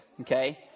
Okay